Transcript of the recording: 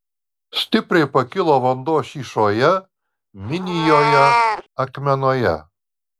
stipriai pakilo vanduo šyšoje minijoje akmenoje